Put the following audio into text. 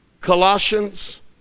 Colossians